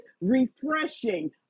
refreshing